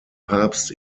papst